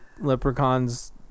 Leprechaun's